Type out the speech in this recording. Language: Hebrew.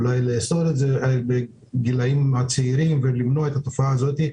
אולי לאסור את זה על הגילאים הצעירים כדי למנוע את התופעה הזאת.